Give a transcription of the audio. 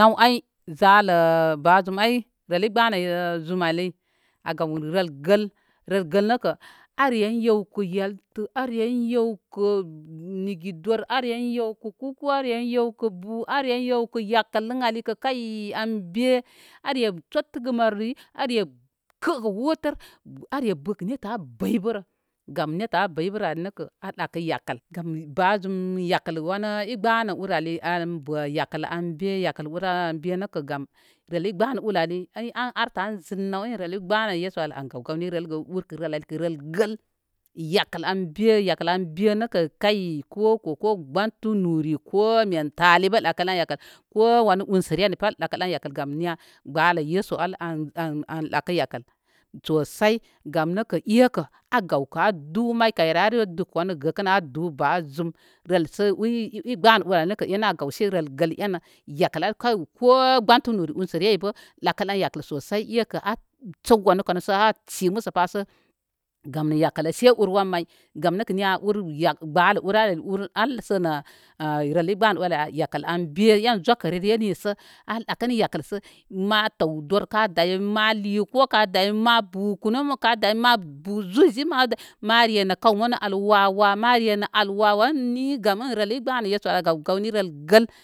Naw ay zalə ba zum ay rəl i gbə nə zum ali. A gaw rəl gəl, rəl gəl nəkə árén yewkə yaltə. Arén yewkə nigi dori. Arén yewkə kuku. Arén yewkə yakəl aiii in ai kə an bé. Aré sottəgə maroriyi. Are kəgə wotər. Are bəkə nettə a bəy bərə, gam nettə á bəy bərə nəkə a ɗakə yakəl nə bá zum yakəl wanə ɨ gbənə ur ali an bə yakəl an be yakəl ur aw nəkə rəl ɨ gbə nə urali an artə an zəŋ nəw in ɨ gbənə yesu ackə gawnirəl aikə rəl gəəl yakəl an bé. Yakəl an bé nəkə kai ko ko ko gbəntu nuri ko mentali bə ɗakə ɗan yakəl. Ko wanə unsəre ali bə ɗakə ɗan yakəl nə gbələ yesu al an an ɗakə yakəl sosai. Gamnə kə éykə a gawkə a du may kayrə, are dukə wanu gəkənrə, á du ba zum rəlsə uy ɨ gbənə ur ay nə é nə an gawse rəl gəl enə, yakəl ai ko gbəntunur unsərəre ay bə ɗakə ɗan yakəl sosai ekə a səw wanə kan sə a sisə musəpa sə gam nə yakəlrə se ur wan may. Gam nəkə niya, ur yakəl gbələ ur al sə nə rəl ɨ gbənə ur al yakəl an bé zokərəre sə an ɗakənə yakəl sə ma təw tor ka dayamma, ma lɨ kó sə ka dayam ma bu kunə ka dayam. Ma bu zuysyi ma. Ma re nə kaw mənə wawa ma re nə alwawan ni gam in rəl gbəna yesuən gawni rəl gəl.